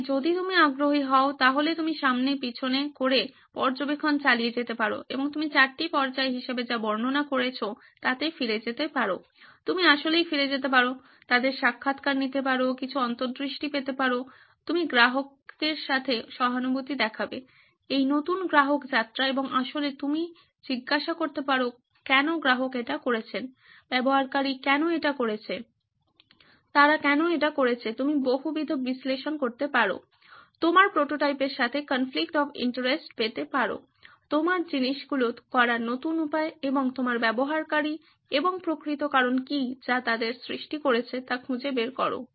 তাই যদি তুমি আগ্রহী হও তাহলে তুমি সামনে পিছনে করে পর্যবেক্ষণ চালিয়ে যেতে পারো এবং তুমি 4 টি পর্যায় হিসাবে যা বর্ণনা করেছো তাতে ফিরে যেতে পারো তুমি আসলেই ফিরে যেতে পারো তাদের সাক্ষাৎকার নিতে পারো কিছু অন্তর্দৃষ্টি পেতে পারো তুমি গ্রাহকের সাথে সহানুভূতি দেখাবে এই নতুন গ্রাহক যাত্রা এবং আসলে তুমি জিজ্ঞাসা করতে পারো কেনো গ্রাহক এটি করেছেন ব্যবহারকারী কেনো এটি করেছেন তারা কেনো এটি করেছেন তুমি বহুবিধ বিশ্লেষণ করতে পারো তোমার প্রোটোটাইপের সাথে কনফ্লিক্ট অফ ইন্টারেস্ট পেতে পারো তোমার জিনিসগুলো করার নতুন উপায় এবং তোমার ব্যবহারকারী এবং প্রকৃত কারণ কি যা তাদের সৃষ্টি করছে তা খুঁজে বের করো